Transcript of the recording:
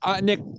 Nick